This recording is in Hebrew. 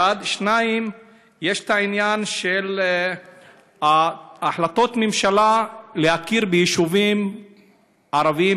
1. 2. יש העניין של החלטות הממשלה להכיר ביישובים ערביים,